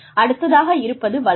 அடுத்ததாக இருப்பது வளர்ச்சி